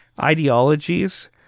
ideologies